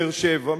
באר-שבע.